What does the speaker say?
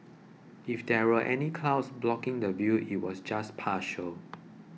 if there were any clouds blocking the view it was just partial